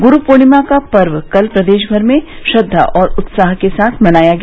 गुरू पूर्णिमा का पर्व कल प्रदेश भर में श्रद्धा और उत्साह के साथ मनाया गया